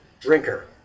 drinker